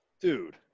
dude